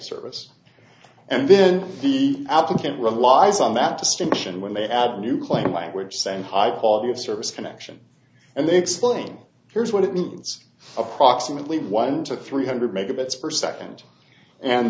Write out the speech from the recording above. service and then the applicant relies on that distinction when they have new claim language saying high quality of service connection and they explain here's what it means approximately one to three hundred megabits per second and